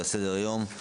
על סדר היום: